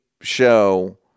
show